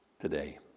today